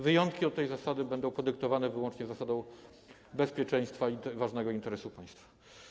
Wyjątki od tej zasady będą podyktowane wyłącznie zasadą bezpieczeństwa i ważnego interesu państwa.